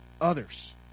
others